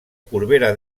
corbera